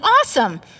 awesome